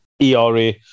ERA